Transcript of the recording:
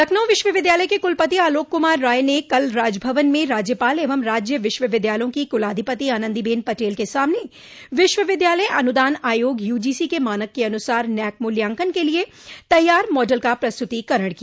लखनऊ विश्वविद्यालय के कुलपति आलोक कुमार राय ने कल राजभवन में राज्यपाल एवं राज्य विश्वविद्यालयों की कुलाधिपति आनन्दीबेन पटेल के सामने विश्वविद्यालय अनुदान आयोग यूजीसी के मानक के अनुसार नैक मूल्यांकन के लिये तैयार मॉडल का प्रस्तुतीकरण किया